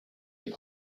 your